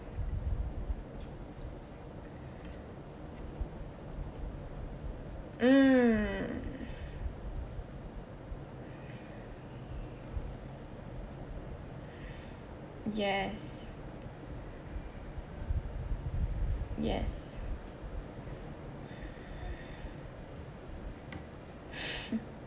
mm yes yes